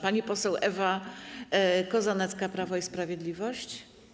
Pani poseł Ewa Kozanecka, Prawo i Sprawiedliwość.